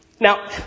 Now